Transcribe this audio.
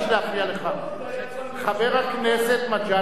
חבר הכנסת מג'אדלה, עם כל הכבוד.